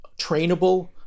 trainable